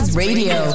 radio